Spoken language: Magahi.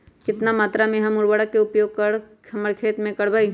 कितना मात्रा में हम उर्वरक के उपयोग हमर खेत में करबई?